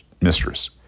mistress